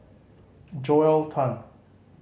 Joel Tan